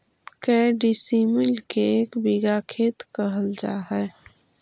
के डिसमिल के एक बिघा खेत कहल जा है?